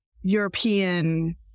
european